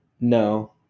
no